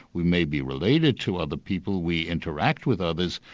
we may be related to other people, we interact with others,